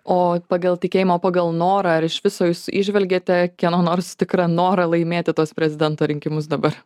o pagal tikėjimo pagal norą ar iš viso jūs įžvelgiate kieno nors tikrą norą laimėti tuos prezidento rinkimus dabar